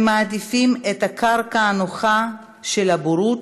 הם מעדיפים את הקרקע הנוחה של הבורות,